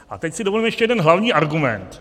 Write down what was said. A teď si dovolím ještě jeden hlavní argument.